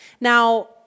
Now